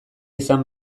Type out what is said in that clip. izan